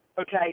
Okay